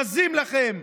בזים לכם.